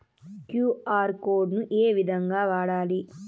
QR code ను ఏ విధంగా వాడాలి?